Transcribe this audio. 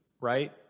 right